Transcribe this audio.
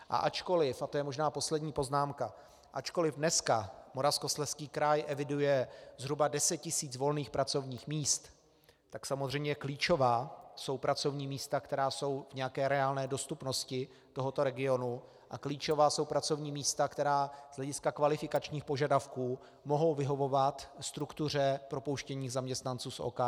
A ačkoliv, a to je možná poslední poznámka, ačkoliv dneska Moravskoslezský kraj eviduje zhruba deset tisíc volných pracovních míst, tak samozřejmě klíčová jsou pracovní místa, která jsou v nějaké reálné dostupnosti tohoto regionu, a klíčová jsou pracovní místa, která z hlediska kvalifikačních požadavků mohou vyhovovat struktuře propouštěných zaměstnanců z OKD.